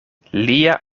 lia